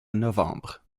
novembre